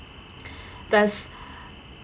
thus